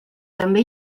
també